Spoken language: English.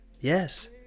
yes